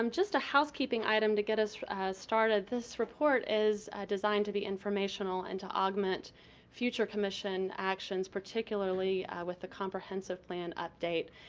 um just a housekeeping item to get us started. this report is designed to be informational and to augment future commission actions particularly with the comprehensive plan update.